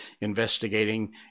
investigating